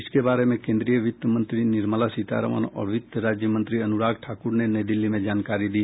इसके बारे में केंद्रीय वित्त मंत्री निर्मला सीतारामन और वित्त राज्य मंत्री अनुराग ठाकुर ने नई दिल्ली में जानकारी दी